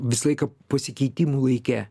visą laiką pasikeitimų laike